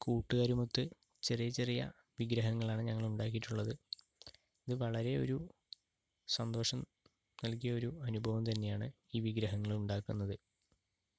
കൂട്ടുകാരുമൊത്ത് ചെറിയ ചെറിയ വിഗ്രഹങ്ങളാണ് ഞങ്ങളുണ്ടാക്കിയിട്ടുള്ളത് ഇത് വളരെയൊരു സന്തോഷം നല്കിയൊരു അനുഭവം തന്നെയാണ് ഈ വിഗ്രഹങ്ങളുണ്ടാക്കുന്നത്